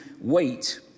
wait